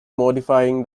modifying